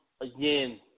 again